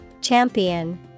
Champion